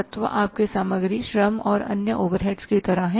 तत्व आपके सामग्रीश्रम और अन्य ओवरहेड्स की तरह हैं